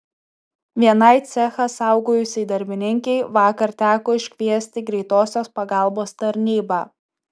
vienai cechą saugojusiai darbininkei vakar teko iškviesti greitosios pagalbos tarnybą